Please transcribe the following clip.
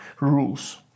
rules